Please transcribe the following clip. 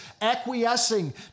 acquiescing